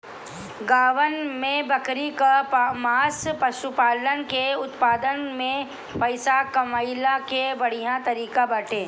गांवन में बकरी कअ मांस पशुपालन के उत्पादन में पइसा कमइला के बढ़िया जरिया बाटे